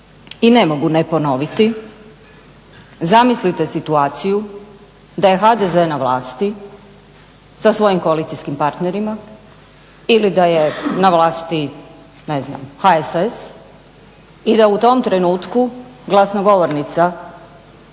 I ne mogu ne ponoviti, zamislite situaciju da je HDZ na vlasti sa svojim koalicijskim partnerima ili da je na vlasti HSS i da u tom trenutku glasnogovornica